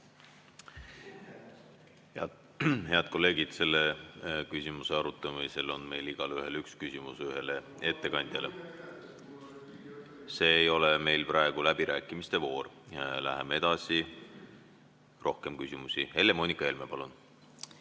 Head kolleegid, selle küsimuse arutamisel on meil igaühel üks küsimus ühele ettekandjale. See ei ole praegu läbirääkimiste voor. Läheme edasi. Helle-Moonika Helme, palun!